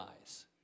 eyes